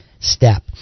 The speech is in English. step